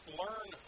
learn